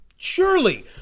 Surely